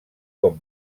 com